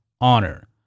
honor